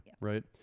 right